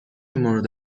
مورد